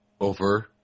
over